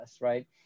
right